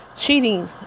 cheating